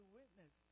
witness